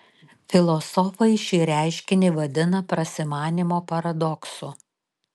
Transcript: filosofai šį reiškinį vadina prasimanymo paradoksu